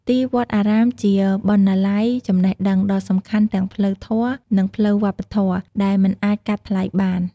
ទីវត្តអារាមជា បណ្ណាល័យចំណេះដឹង ដ៏សំខាន់ទាំងផ្លូវធម៌ និងផ្លូវវប្បធម៌ ដែលមិនអាចកាត់ថ្លៃបាន។